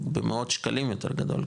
הוא במאות שקלים יותר גדול,